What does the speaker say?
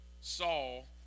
Saul